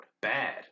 Bad